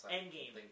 Endgame